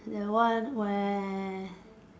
the one where